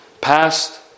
past